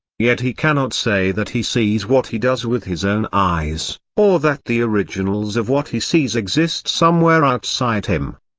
yet he cannot say that he sees what he does with his own eyes, or that the originals of what he sees exist somewhere outside him.